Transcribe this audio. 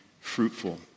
fruitful